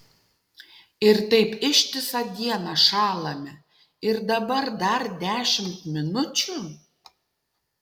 ir taip ištisą dieną šąlame ir dabar dar dešimt minučių